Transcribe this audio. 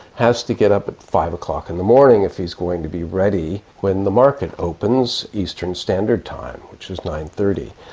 has to get up at five o'clock in the morning if he's going to be ready when the market opens eastern standard time, which is nine thirty.